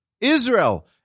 Israel